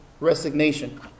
resignation